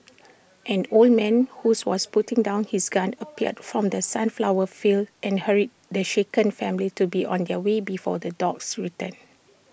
an old man who's was putting down his gun appeared from the sunflower fields and hurried the shaken family to be on their way before the dogs return